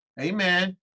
amen